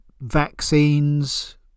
vaccines